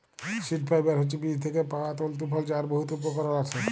seed fibre হছে বীজ থ্যাইকে পাউয়া তল্তু ফল যার বহুত উপকরল আসে